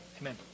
Amen